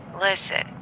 listen